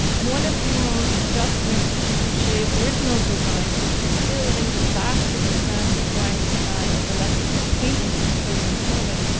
and one of dumon's adjustments to boucher's original design was to fill in the vast expanse of blank sky at the left of the painting, which i'll show you in a moment,